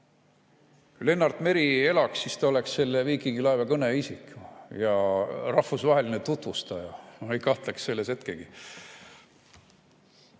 Kui Lennart Meri elaks, siis ta oleks selle viikingilaeva kõneisik ja rahvusvaheline tutvustaja. Ma ei kahtle selles hetkegi.